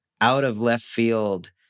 out-of-left-field